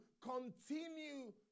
continue